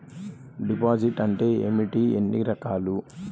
Deposit అంటే ఏమిటీ ఎన్ని రకాలు?